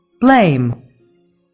Blame